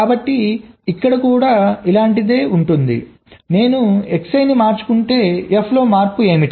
కాబట్టి ఇక్కడ కూడా ఇలాంటిదే ఉంది నేను Xi ని మార్చుకుంటే f లో మార్పు ఏమిటి